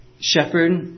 shepherd